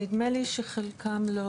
נדמה לי שחלקם לא